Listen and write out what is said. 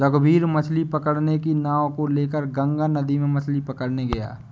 रघुवीर मछ्ली पकड़ने की नाव को लेकर गंगा नदी में मछ्ली पकड़ने गया